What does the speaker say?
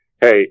hey